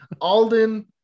Alden